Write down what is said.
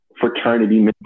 fraternity